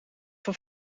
voor